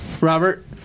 Robert